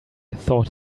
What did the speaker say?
thought